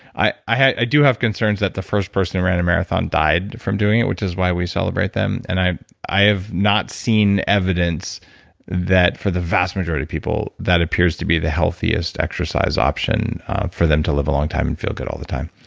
i i do have concerns that the first person who ran a marathon died from doing it, which is why we celebrate them and i i have not seen evidence that, for the vast majority of people, that appears to be the healthiest exercise option for them to live a long time and feel good all the time.